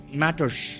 matters